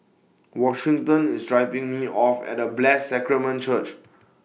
Washington IS dropping Me off At Blessed Sacrament Church